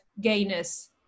gayness